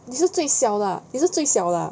你是最小的你是最小的